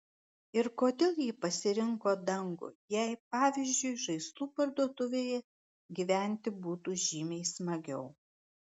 ir kodėl ji pasirinko dangų jei pavyzdžiui žaislų parduotuvėje gyventi būtų žymiai smagiau